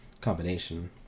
combination